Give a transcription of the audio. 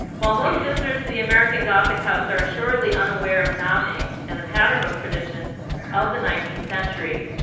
while most visitors to the american gothic house are assuredly unaware of downing and the pattern book tradition of the nineteenth century,